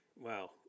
Wow